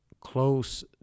close